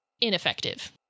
ineffective